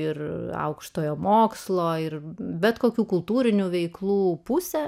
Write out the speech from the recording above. ir aukštojo mokslo ir bet kokių kultūrinių veiklų pusę